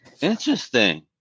Interesting